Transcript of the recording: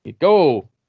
Go